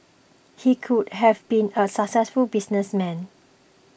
he could have been a successful businessman